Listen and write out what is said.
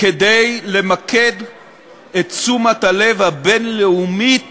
כדי למקד את תשומת הלב הבין-לאומית